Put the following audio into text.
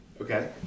Okay